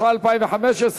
התשע"ה 2015,